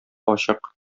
ачык